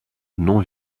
non